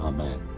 Amen